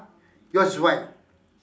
yours is white